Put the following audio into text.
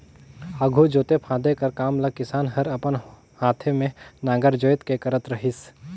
आघु जोते फादे कर काम ल किसान हर अपन हाथे मे नांगर जोएत के करत रहिस